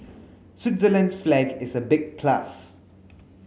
Switzerland's flag is a big plus